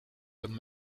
comme